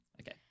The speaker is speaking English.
okay